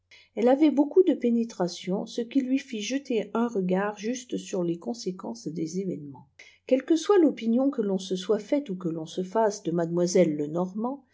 bue avait bucoup de pénétration ce qui lui fit jeter un regard juste sur les conséquences des événements quelle que soit lopîpiqn que ton se st faite ou oue l'on se fasse de